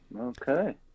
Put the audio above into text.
Okay